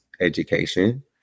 education